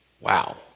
Wow